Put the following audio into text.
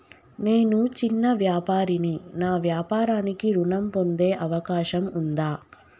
నేను చిన్న వ్యాపారిని నా వ్యాపారానికి ఋణం పొందే అవకాశం ఉందా?